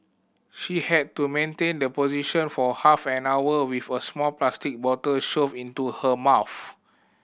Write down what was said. she had to maintain the position for half an hour with a small plastic bottle shoved into her mouth